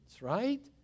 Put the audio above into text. right